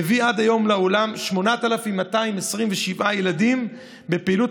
והביא עד היום לעולם 8,227 ילדים בפעילות